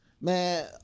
man